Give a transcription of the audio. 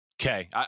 Okay